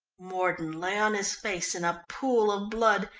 mordon lay on his face in a pool of blood,